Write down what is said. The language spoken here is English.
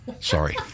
Sorry